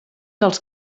dels